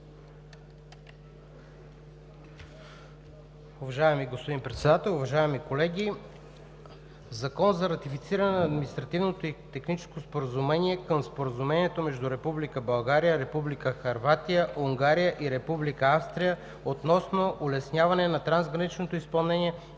Уважаеми господин Председател, уважаеми колеги! „ЗАКОН за ратифициране на Административното и техническо споразумение към Споразумението между Република България, Република Хърватия, Унгария и Република Австрия относно улесняване на трансграничното изпълнение